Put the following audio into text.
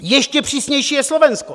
Ještě přísnější je Slovensko.